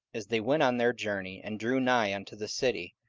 as they went on their journey, and drew nigh unto the city,